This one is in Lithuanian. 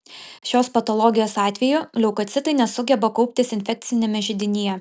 šios patologijos atveju leukocitai nesugeba kauptis infekciniame židinyje